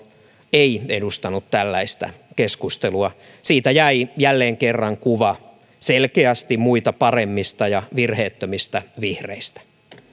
ei edustanut tällaista keskustelua siitä jäi jälleen kerran kuva selkeästi muita paremmista ja virheettömistä vihreistä